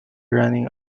running